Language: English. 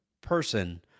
person